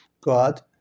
God